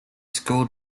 school